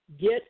get